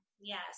yes